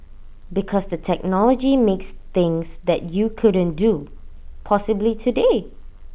because the technology makes things that you couldn't do possible today